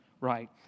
right